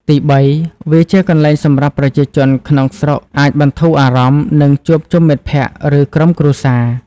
ទីបី វាជាកន្លែងសម្រាប់ប្រជាជនក្នុងស្រុកអាចបន្ធូរអារម្មណ៍ និងជួបជុំមិត្តភក្តិ ឬក្រុមគ្រួសារ។